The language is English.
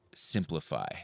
simplify